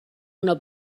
una